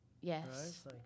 Yes